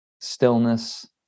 stillness